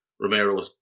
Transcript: Romero